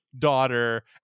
daughter